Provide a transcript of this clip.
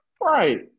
Right